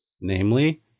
namely